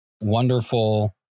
wonderful